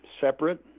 separate